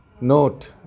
Note